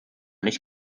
nicht